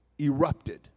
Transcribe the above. erupted